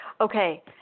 Okay